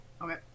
Okay